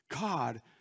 God